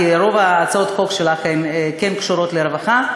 כי רוב הצעות החוק שלך כן קשורות לרווחה,